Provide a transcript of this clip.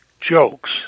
jokes